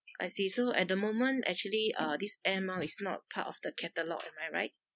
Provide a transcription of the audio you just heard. I see so at the moment actually uh this air miles is not part of the catalogue am I right